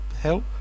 help